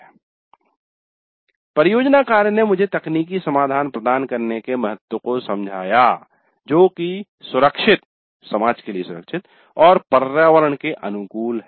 क्या परियोजना कार्य ने मुझे तकनीकी समाधान प्रदान करने के महत्व को समझाया जो की सुरक्षित समाज के लिए सुरक्षित और पर्यावरण के अनुकूल हैं